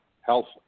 health